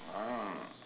ah